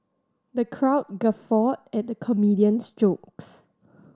the crowd guffawed at the comedian's jokes